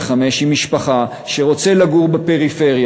בן 35, עם משפחה, שרוצה לגור בפריפריה,